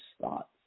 thoughts